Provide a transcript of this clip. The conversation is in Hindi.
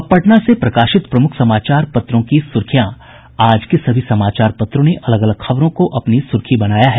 अब पटना से प्रकाशित प्रमुख समाचारपत्रों की सुर्खियां आज के सभी समाचार पत्रों ने अलग अलग खबरों को अपनी सुर्खी बनाया है